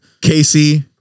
Casey